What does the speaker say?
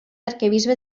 arquebisbe